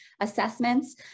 assessments